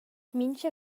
mincha